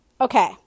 Okay